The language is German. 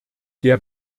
der